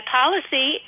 policy